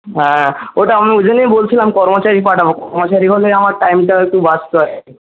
হ্যাঁ ওটা আমি ওই জন্যই বলছিলাম কর্মচারী পাঠাবো কর্মচারী হলে আমার টাইমটাও একটু বাঁচতো আর কি